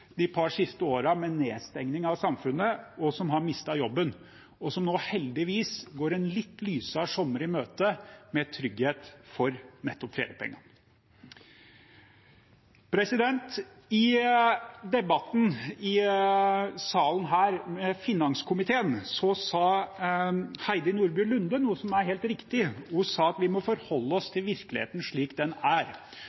de par siste årene med nedstenging av samfunnet, og som har mistet jobben – og som nå heldigvis går en litt lysere sommer i møte, med trygghet for nettopp feriepenger. I finanskomiteens debatt i denne salen sa Heidi Nordby Lunde noe som er helt riktig. Hun sa at vi må forholde oss